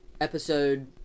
episode